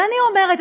ואני אומרת,